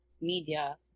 media